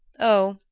oh,